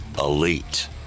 elite